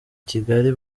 kigali